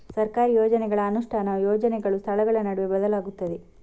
ಸರ್ಕಾರಿ ಯೋಜನೆಗಳ ಅನುಷ್ಠಾನವು ಯೋಜನೆಗಳು, ಸ್ಥಳಗಳ ನಡುವೆ ಬದಲಾಗುತ್ತದೆ